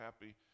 happy